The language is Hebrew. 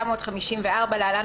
התשי"ד 1954‏ (להלן,